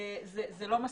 זה לא מספיק.